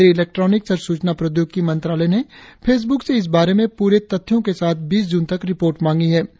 केंद्रीय इलेक्ट्रॉनिक्स और सूचना प्रौद्योगिकी मंत्रालय ने फेसबुक से इस बारे में पूरे तथ्यों के साथ बीस जून तक रिपोर्ट मांगी है